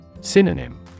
synonym